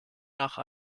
nach